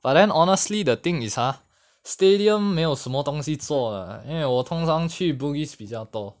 but then honestly the thing is ah stadium 没有什么东西做的因为我通常去 bugis 比较多